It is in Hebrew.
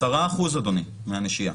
10% מהנשייה.